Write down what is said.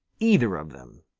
either of them.